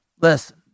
listen